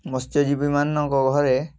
ମତ୍ସ୍ୟଜୀବୀ ମାନଙ୍କ ଘରେ